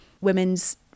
women's